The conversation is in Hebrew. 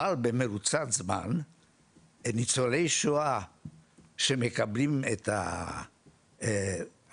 אבל במרוצת הזמן ניצולי שואה שמקבלים את ההטבות